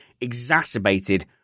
Exacerbated